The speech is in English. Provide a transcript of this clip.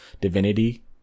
divinity